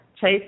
chase